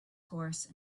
horse